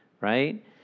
right